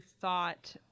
thought